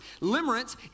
Limerence